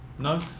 No